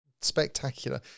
spectacular